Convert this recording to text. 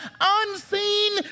unseen